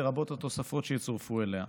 לרבות התוספות שיצורפו אליה.